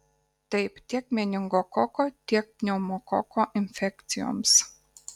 taip tiek meningokoko tiek pneumokoko infekcijoms